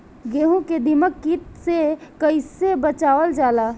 गेहूँ को दिमक किट से कइसे बचावल जाला?